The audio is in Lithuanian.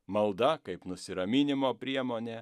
malda kaip nusiraminimo priemonė